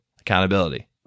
accountability